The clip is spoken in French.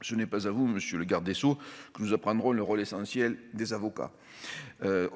Ce n'est pas à vous, monsieur le garde des sceaux, que nous apprendrons le rôle essentiel des avocats.